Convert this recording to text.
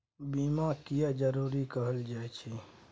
बीमा किये जरूरी कहल जाय छै?